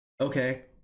Okay